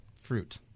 fruit